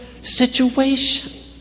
situation